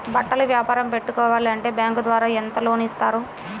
బట్టలు వ్యాపారం పెట్టుకోవాలి అంటే బ్యాంకు ద్వారా ఎంత లోన్ ఇస్తారు?